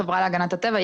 החברה להגנת הטבע,